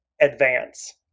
advance